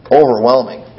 overwhelming